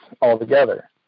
altogether